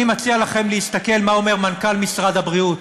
אני מציע לכם להסתכל מה אומר מנכ"ל משרד הבריאות,